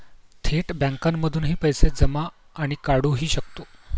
थेट बँकांमधूनही पैसे जमा आणि काढुहि शकतो